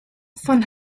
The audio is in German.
von